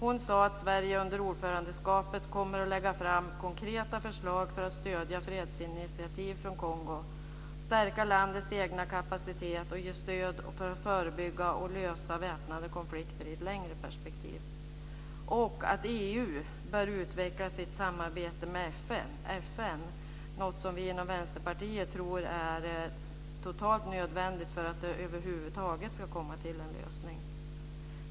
Hon sade att Sverige under ordförandetiden kommer att lägga fram konkreta förslag för att stödja fredsinitiativ från Kongo, stärka landets egen kapacitet och ge stöd för att förebygga och lösa väpnade konflikter i ett längre perspektiv. Dessutom bör EU utveckla sitt samarbete med FN, något som vi inom Vänsterpartiet tror är totalt nödvändigt för att det över huvud taget ska komma till en lösning.